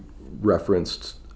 referenced